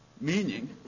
meaning